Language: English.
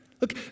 Look